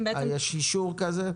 יש אישור כזה?